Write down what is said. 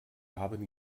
haben